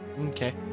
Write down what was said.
Okay